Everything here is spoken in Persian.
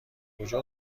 کجا